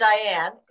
Diane